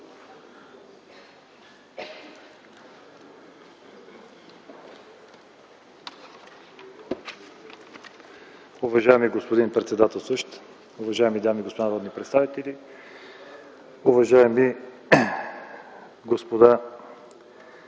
Уважаеми господин председател, уважаеми дами и господа народни представители, уважаеми господин